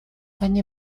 они